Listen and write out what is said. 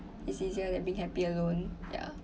it's easier than being happy alone ya